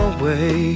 away